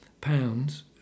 pounds